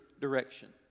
direction